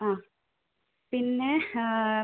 ആ പിന്നെ